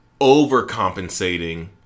overcompensating